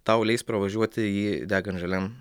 tau leis pravažiuoti jį degan žaliam